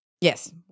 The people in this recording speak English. Yes